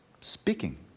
speaking